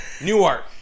Newark